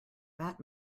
that